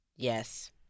Yes